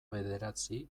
bederatzi